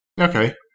Okay